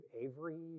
Avery